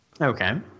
Okay